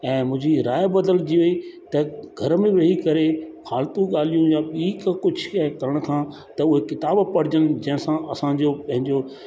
अ मुंहिंजी राह बदल जी वई मुंहिंजी त घर में वेही करे फालतू ॻाल्हियूं या ॿी का कुझु करण खां त उहे किताब पढ़जनि जंहिंसां असांजो पंहिंजो